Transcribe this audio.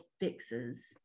fixes